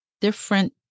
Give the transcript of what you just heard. different